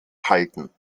halten